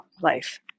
life